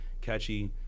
catchy